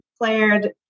declared